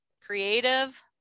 creative